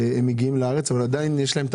שמגיעים לארץ אבל עדיין יש להם את